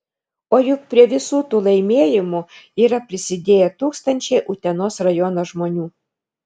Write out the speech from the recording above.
o juk prie visų tų laimėjimų yra prisidėję tūkstančiai utenos rajono žmonių